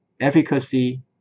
Efficacy